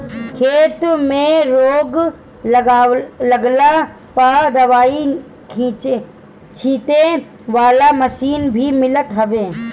खेते में रोग लागला पअ दवाई छीटे वाला मशीन भी मिलत हवे